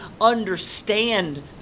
understand